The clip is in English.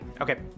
Okay